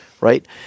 right